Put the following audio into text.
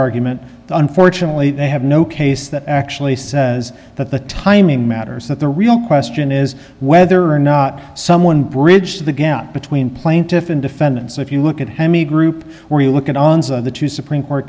argument unfortunately they have no case that actually says that the timing matters that the real question is whether or not someone bridge the gap between plaintiff and defendant so if you look at hemy group or you look at all the two supreme court